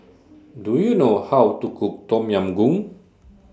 Do YOU know How to Cook Tom Yam Goong